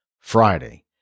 Friday